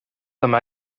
yma